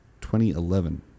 2011